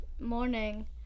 morning